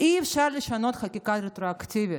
אי-אפשר לשנות חקיקה רטרואקטיבית.